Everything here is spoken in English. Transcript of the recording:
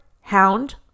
Hound